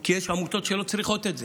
כי יש עמותות שלא צריכות את זה.